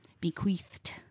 Bequeathed